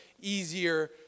easier